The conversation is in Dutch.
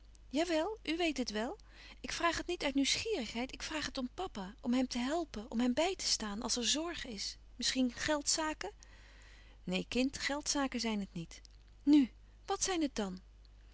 jawel u weet het wel ik vraag het niet uit nieuwsgierigheid ik vraag het om papa om hem te helpen om hem bij te staan als er zorg is misschien geldzaken neen kind geldzaken zijn het niet nu wàt zijn het dan